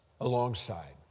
alongside